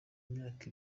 imyaka